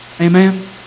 Amen